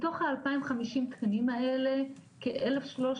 מתוך האלפיים חמישים תקנים האלה כאלף שלוש